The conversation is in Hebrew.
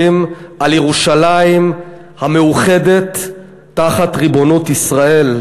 על ירושלים המאוחדת תחת ריבונות ישראל,